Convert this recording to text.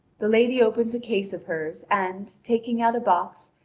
the lady opens a case of hers, and, taking out a box,